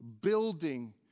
building